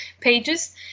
pages